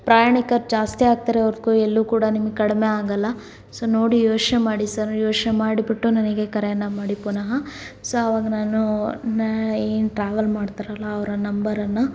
ಪ್ರಯಾಣಿಕರು ಜಾಸ್ತಿ ಆಗ್ತಾರೆ ಹೊರತು ಎಲ್ಲೂ ಕೂಡ ನಿಮಗೆ ಕಡಿಮೆ ಆಗಲ್ಲ ಸೊ ನೋಡಿ ಯೊಚ್ನೆ ಮಾಡಿ ಸರ್ ನೀವು ಯೋಚ್ನೆ ಮಾಡ್ಬಿಟ್ಟು ನನಗೆ ಕರೆಯನ್ನು ಮಾಡಿ ಪುನಃ ಸೊ ಅವಾಗ ನಾನು ನಾ ಏನು ಟ್ರಾವೆಲ್ ಮಾಡ್ತರಲ್ಲಾ ಅವರ ನಂಬರನ್ನು